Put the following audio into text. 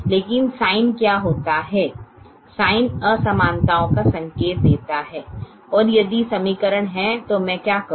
लेकिन साइन का क्या होता है साइन असमानताओं का संकेत देता है और यदि समीकरण हैं तो मैं क्या करूं